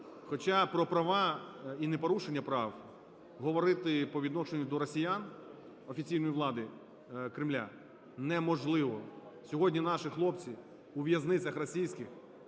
Хоча про права і непорушення прав говорити по відношенню до росіян, офіційної влади Кремля неможливо. Сьогодні наші хлопці у в'язницях російських